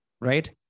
right